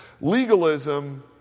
Legalism